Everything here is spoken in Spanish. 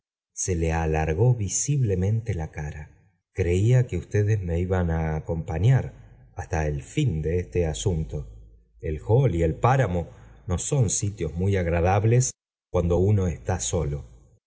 se le alargó visiblemente la cara creía que ustedes me iban á acompañar hasta el fin de este asunto el hall y el páramo no son sitios muy agradables cuando uno está solo